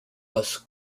bus